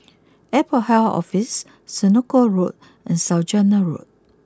Airport Health Office Senoko Road and Saujana Road